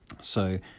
So